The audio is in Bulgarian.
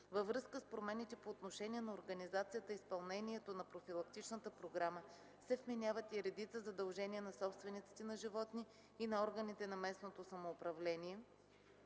Във връзка с промените по отношение на организацията и изпълнението на профилактичната програма, се вменяват и редица задължения на собствениците на животни и на органите на местното самоуправление.